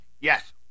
Yes